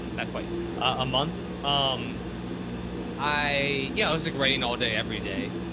not quite a month, um i, yeah, it was like writing all day, every day.